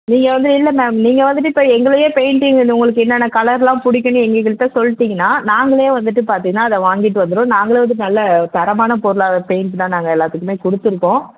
நீங்கள் வந்து இல்லை மேம் நீங்கள் வந்துவிட்டு இப்போ எங்களையே பெயிண்டிங்கு உங்களுக்கு என்னான்ன கலர் எல்லாம் பிடிக்குன்னு நீங்கள் எங்கள்கிட்ட சொல்லிடீங்கனா நாங்களே வந்துவிட்டு பார்த்தீன்னா அதை வாங்கிட்டு வந்துருவோம் நாங்களே வந்துவிட்டு நல்ல தரமான பொருளாக பெயிண்ட் தான் நாங்கள் எல்லாத்துக்குமே கொடுத்துருக்கோம்